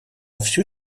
всю